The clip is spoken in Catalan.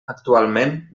actualment